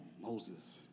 Moses